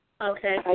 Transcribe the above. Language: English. Okay